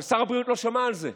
אבל שר הבריאות לא שמע על זה.